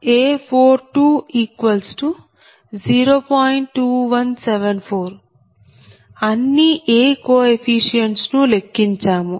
2174 అన్ని A coefficients ను లెక్కించాము